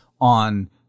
on